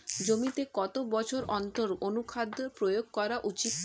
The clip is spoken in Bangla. জমিতে কত বছর অন্তর অনুখাদ্য প্রয়োগ করা উচিৎ?